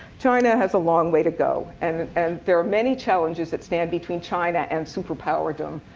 china has a long way to go. and and there are many challenges that stand between china and superpowerdom.